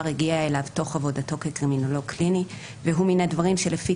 הגיע אליו תוך עבודתו כקרימינולוג קליני והוא מן הדברים שלפי